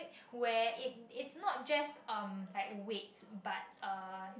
where it it's not just um like weights but uh